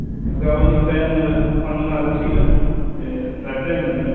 गाबोननिफ्राय आङो थांनो नाजासिगोन बे राइट टाइमावनो